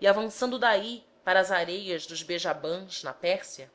e avançando daí para as areias do bejabãs na pérsia